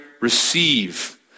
receive